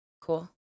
Cool